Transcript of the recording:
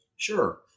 Sure